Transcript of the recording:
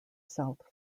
south